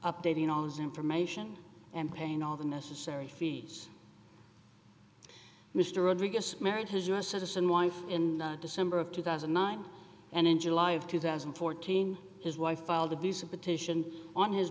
updating all his information and paying all the necessary fees mr rodriguez married his u s citizen wife in december of two thousand and nine and in july of two thousand and fourteen his wife filed a visa petition on his